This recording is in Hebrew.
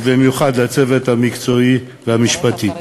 ובמיוחד לצוות המקצועי והמשפטי.